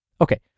Okay